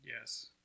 Yes